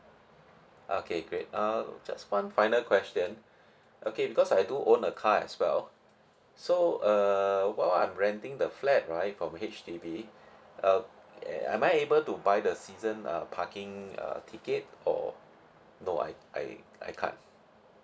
okay great uh just one final question okay because I do own a car as well so uh while I'm renting the flat right from H_D_B uh am I able to buy the season uh parking err ticket or no I I I can't